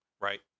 right